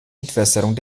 entwässerung